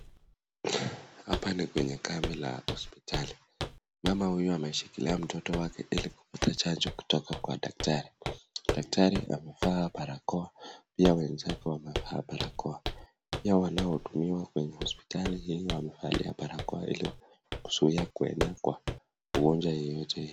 Hapa ni kwenye kambi la hospitali. Mama huyu ameshikila mtoto wake ili kupata chanjo kutoka kwa daktari. Daktari amevaa barakoa pia wenzake wamevaa barakoa, pia wanaodungwa kwenye hospitali wamevalia barakoa ili kuzuia kuenea kwa ugonjwa yoyote ile.